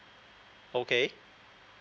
okay